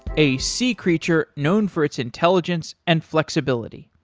a sea creature known for its intelligence and flexibility.